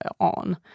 on